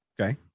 Okay